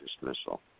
dismissal